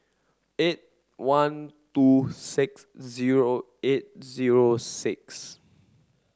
eight one two six zero eight zero six